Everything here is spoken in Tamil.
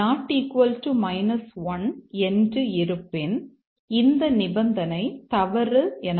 1 என்று இருப்பின் இந்த நிபந்தனை தவறு எனப்படும்